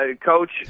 Coach